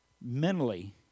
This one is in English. mentally